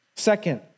Second